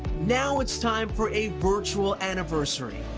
now it's time for a virtual anniversary.